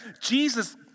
Jesus